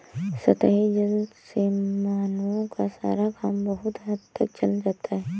सतही जल से मानवों का सारा काम बहुत हद तक चल जाता है